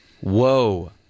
Whoa